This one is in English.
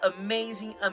amazing